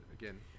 again